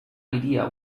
idea